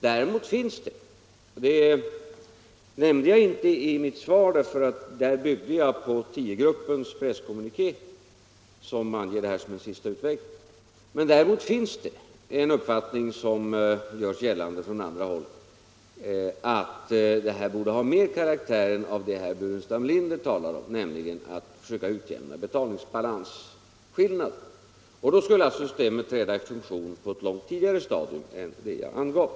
Däremot finns det — det nämnde jag inte i mitt interpellationssvar därför att där byggde jag på tiogruppens presskommuniké som anger fonden som en sista utväg — en uppfattning som görs gällande från andra håll att det här borde mera ha karaktären av det som herr Burenstam Linder talade om, nämligen ett försök att utjämna betalningsbalansskillnader. Då skulle alltså systemet träda i funktion på ett långt tidigare stadium än det jag angav.